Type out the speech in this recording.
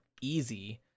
easy